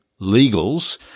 legals